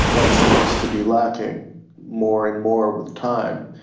that seems to be lacking more and more with time.